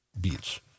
beats